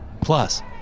Plus